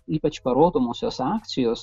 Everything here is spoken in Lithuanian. ypač parodomosios akcijos